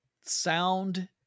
sound